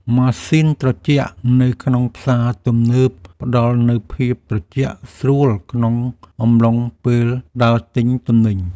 ម៉ាស៊ីនត្រជាក់នៅក្នុងផ្សារទំនើបផ្ដល់នូវភាពត្រជាក់ស្រួលក្នុងអំឡុងពេលដើរទិញទំនិញ។